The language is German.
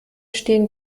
stehen